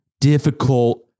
difficult